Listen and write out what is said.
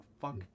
fuck